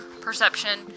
perception